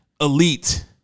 elite